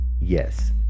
Yes